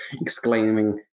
exclaiming